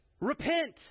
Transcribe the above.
repent